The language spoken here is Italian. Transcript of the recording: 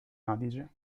adige